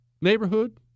neighborhood